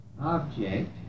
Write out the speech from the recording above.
object